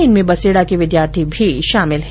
इनमें बसेडा के विद्यार्थी भी शामिल है